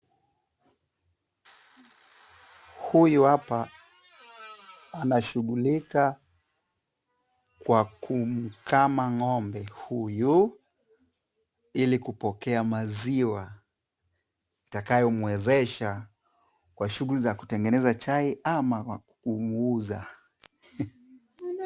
Huyu hapa anashughulika kwa kumkama ng'ombe huyu ili kupokea maziwa itakayomwezesha kwa shughuli za kutengeneza chai ama kwa kumuuza.